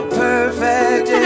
perfect